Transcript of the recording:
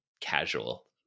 casual